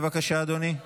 בבקשה, אדוני.